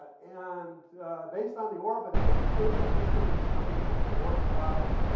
ah and based on the orbit, it was assumed that this thing was coming from the oort cloud.